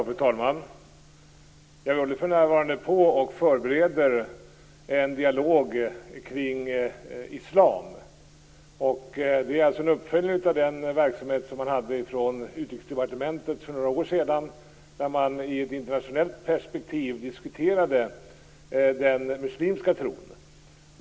Fru talman! Jag håller för närvarande på och förbereder en dialog kring islam. Det är en uppföljning av den verksamhet som Utrikesdepartementet hade för några år sedan, då man i ett internationellt perspektiv diskuterade den muslimska tron.